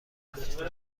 لطفا